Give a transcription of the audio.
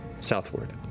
southward